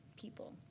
people